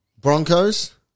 Broncos